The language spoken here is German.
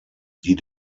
die